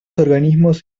organismos